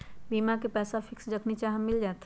बीमा के पैसा फिक्स जखनि चाहम मिल जाएत?